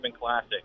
Classic